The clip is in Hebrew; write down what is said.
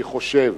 אני חושב